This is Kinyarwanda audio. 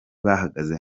bahagaze